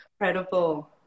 incredible